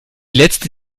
letzte